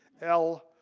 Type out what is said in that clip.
ell,